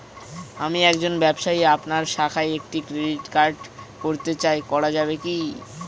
আমি একজন ব্যবসায়ী আপনার শাখায় একটি ক্রেডিট কার্ড করতে চাই করা যাবে কি?